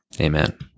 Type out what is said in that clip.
amen